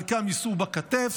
חלקם יישאו בכתף,